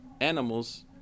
Animals